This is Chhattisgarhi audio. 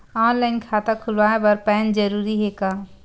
ऑनलाइन खाता खुलवाय बर पैन जरूरी हे का?